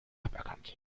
aberkannt